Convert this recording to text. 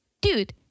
dude